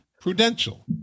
Prudential